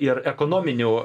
ir ekonominių